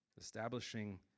Establishing